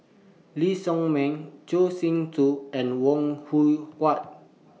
Lee Shao Meng Choor Singh Do and Wong Hui Wah